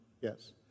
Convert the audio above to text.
Yes